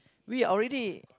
we already